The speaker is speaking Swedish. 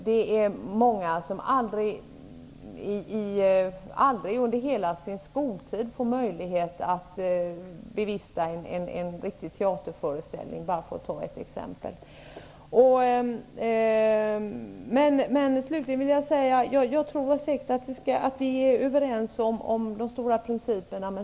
Det är många som under hela sin skoltid aldrig får möjlighet att bevista en riktig teaterföreställning, bara för att ta ett exempel. Slutligen tror jag att vi är överens om de stora principerna.